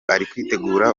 aritegura